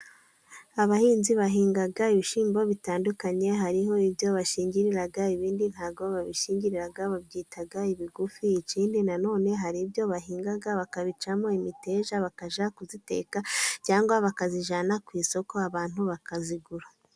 Abahinzi bahinga ibishyimbo bitandukanye, hariho ibyo bashingirira, ibindi ntabwo babishingira, babyita ibigufi, ikindi naone hari ibyo bahinga bakabicamo imiteja bakajya kuyiteka, cyangwa bakayijyana ku isoko, abantu bakayigura.